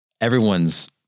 everyone's